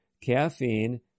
Caffeine